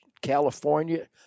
California